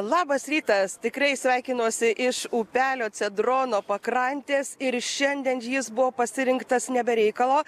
labas rytas tikrai sveikinuosi iš upelio cedrono pakrantės ir šiandien jis buvo pasirinktas ne be reikalo